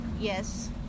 Yes